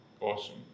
awesome